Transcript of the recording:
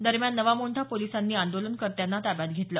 दरम्यान नवा मोंढा पोलिसांनी आंदोनकर्त्यांना ताब्यात घेतलं